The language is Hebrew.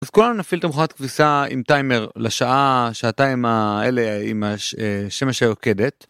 אז כולנו נפיל את המכונת כביסה עם טיימר לשעה שעתיים האלה עם השמש היוקדת.